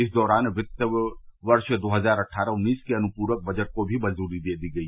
इस दौरान कित वर्ष दो हजार अट्ठारह उन्नीस के अनुपूरक बजट को भी मंजूरी दे दी गई